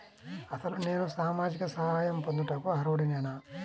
అసలు నేను సామాజిక సహాయం పొందుటకు అర్హుడనేన?